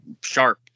sharp